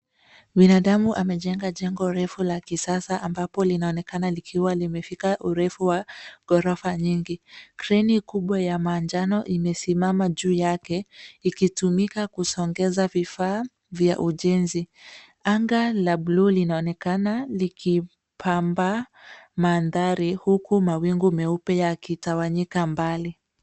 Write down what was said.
Binadamu amejenga jengo refu la kisasa ambapo linaonekana likiwa limefika urefu wa ghorofa nyingi. Kreni kubwa ya majano imesimama juu yake, ikitumika kusogesha vifaa vya ujenzi. Anga la bluu linaonekana likipamba mandhari huku mawingu meupe yakitawanyika mbali.